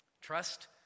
Trust